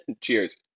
Cheers